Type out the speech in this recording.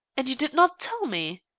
and you did not tell me?